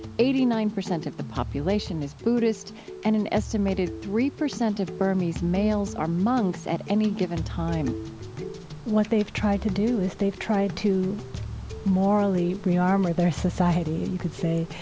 eighty-nine percent of the population is buddhist and an estimated three percent of burmese males are monks at any given time what they've tried to do is they've tried to morally re-armor their society, you could say,